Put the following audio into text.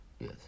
Yes